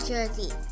Jersey